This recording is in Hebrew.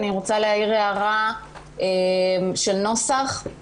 אני רוצה להעיר הערה של נוסח,